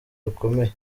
rukomeye